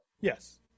Yes